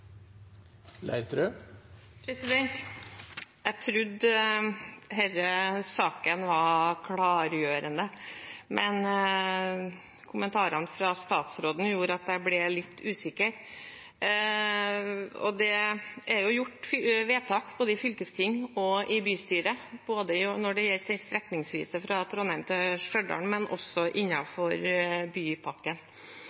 replikkordskifte. Jeg trodde denne saken var klargjørende, men kommentarene fra statsråden gjorde at jeg ble litt usikker. Det er jo gjort vedtak i fylkesting og i bystyre både når det gjelder det strekningsvise fra Trondheim til Stjørdal, og også